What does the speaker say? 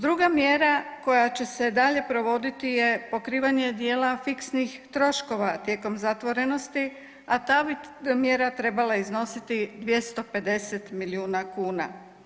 Druga mjere koja će se dalje provoditi je pokrivanje dijela fiksnih troškova tijekom zatvorenosti, a ta bi mjera trebala iznositi 250 milijuna kuna.